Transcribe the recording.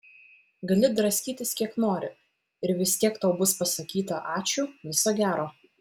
gali draskytis kiek nori ir vis tiek tau bus pasakyta ačiū viso gero